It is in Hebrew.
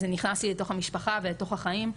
זה נכנס לי לתוך המשפחה, ולתוך החיים".